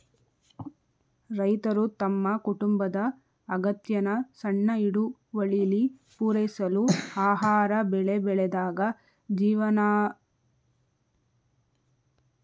ರೈತರು ತಮ್ಮ ಕುಟುಂಬದ ಅಗತ್ಯನ ಸಣ್ಣ ಹಿಡುವಳಿಲಿ ಪೂರೈಸಲು ಆಹಾರ ಬೆಳೆ ಬೆಳೆದಾಗ ಜೀವನಾಧಾರ ಕೃಷಿ ಸಂಭವಿಸುತ್ತದೆ